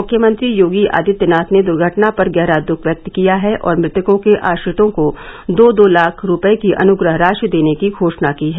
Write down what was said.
मुख्यमंत्री योगी आदित्यनाथ ने दुर्घटना पर गहरा दुख व्यक्त किया है और मृतकों के आश्रितों को दो दो लाख रुपये की अनुग्रह राशि देने की घोषणा की है